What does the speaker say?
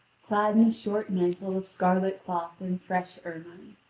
clad in a short mantle of scarlet cloth and fresh ermine.